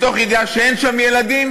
מתוך ידיעה שאין שם ילדים,